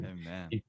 Amen